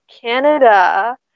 Canada